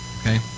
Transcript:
Okay